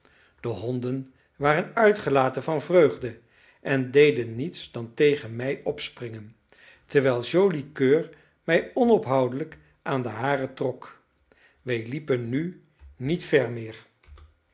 de honden waren uitgelaten van vreugde en deden niets dan tegen mij opspringen terwijl joli coeur mij onophoudelijk aan de haren trok wij liepen nu niet ver meer